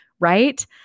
right